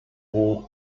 war